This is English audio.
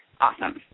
awesome